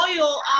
oil